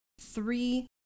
three